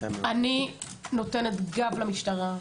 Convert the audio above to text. אני נותנת גב למשטרה,